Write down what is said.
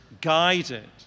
guided